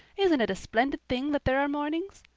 isn't it a splendid thing that there are mornings?